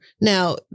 Now